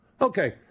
Okay